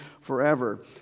forever